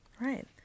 right